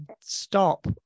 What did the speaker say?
stop